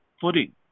footing